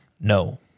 No